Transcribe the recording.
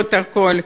ולמרות הכול,